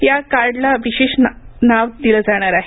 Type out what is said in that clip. या कार्डला विशिष्ट नाव दिलं जाणार आहे